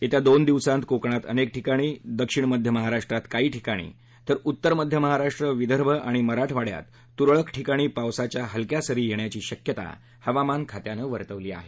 येत्या दोन दिवसांत कोकणात अनेक ठिकाणी दक्षिण मध्य महाराष्ट्रात काही ठिकाणी तर उत्तर मध्य महाराष्ट्र विदर्भ आणि मराठवाङ्यात त्रळक ठिकाणी पावसाच्या हलक्यासरी येण्याची शक्यता हवामान खात्यानं वर्तवली आहे